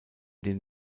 den